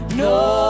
¡No